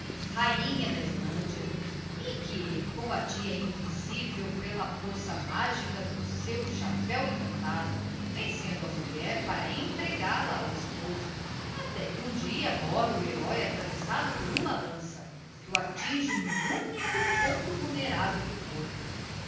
rainha da islândia cm que elle combatia invisível pela força magica do seu chapco encantado vencendo a mulher para entregal a ao esposo até que um dia morre o heróe atravessado por uma lança que o attinge no único ponto vulnerável do corpo